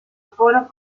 foros